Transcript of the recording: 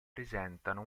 presentano